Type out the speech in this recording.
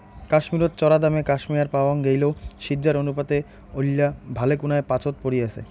কাশ্মীরত চরাদামে ক্যাশমেয়ার পাওয়াং গেইলেও সিজ্জার অনুপাতে ঐলা ভালেকুনায় পাচোত পরি আচে